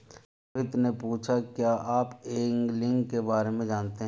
रोहित ने पूछा कि क्या आप एंगलिंग के बारे में जानते हैं?